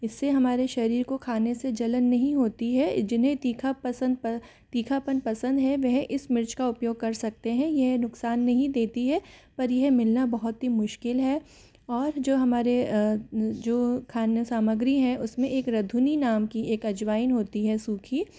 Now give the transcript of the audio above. इससे हमारे शरीर को खाने से जलन नहीं होती है जिन्हें तीखा पसंद तीखापन पसंद है वह इस मिर्च का उपयोग कर सकते हैं यह नुकसान नहीं देती है पर यह मिलना बहुत ही मुश्किल है और जो हमारे जो खाने सामग्री है उसमें एक रधुनी नाम की एक अजवाइन होती है सूखी